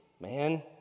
man